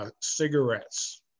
cigarettes